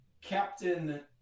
Captain